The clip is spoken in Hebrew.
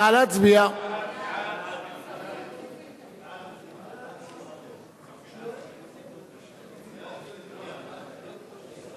ההצעה להעביר את הצעת חוק לתיקון פקודת הטלגרף האלחוטי